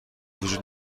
وجود